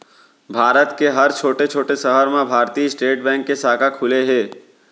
भारत के हर छोटे छोटे सहर म भारतीय स्टेट बेंक के साखा खुले हे